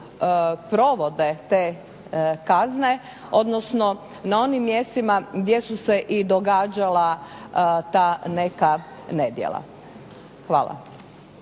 provode te kazne, odnosno na onim mjestima gdje su se i događala ta neka nedjela? Hvala.